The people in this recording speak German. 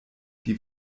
die